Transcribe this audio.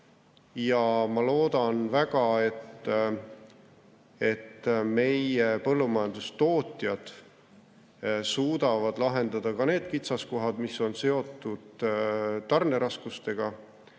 Ma loodan väga, et meie põllumajandustootjad suudavad lahendada ka need kitsaskohad, mis on seotud raskustega